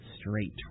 straight